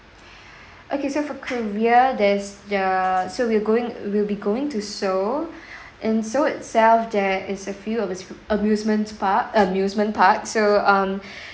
okay so for korea there's the so we're going we'll be going to seoul in seoul itself there is a few of his amusements part amusement park so um